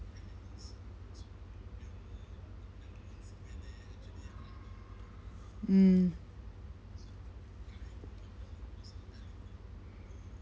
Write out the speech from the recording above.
mm